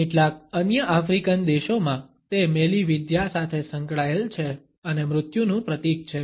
કેટલાક અન્ય આફ્રિકન દેશોમાં તે મેલીવિદ્યા સાથે સંકળાયેલ છે અને મૃત્યુનું પ્રતીક છે